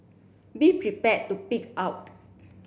be prepared to pig out